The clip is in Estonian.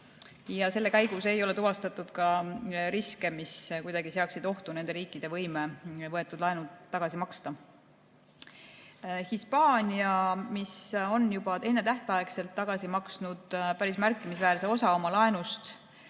selle käigus ei ole tuvastatud riske, mis kuidagi seaksid ohtu nende riikide võime võetud laenud tagasi maksta. Hispaania, mis on juba ennetähtaegselt tagasi maksnud päris märkimisväärse osa oma laenust,